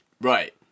Right